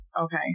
Okay